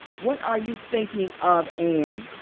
what are you thinking of, anne?